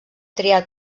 triat